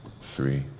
three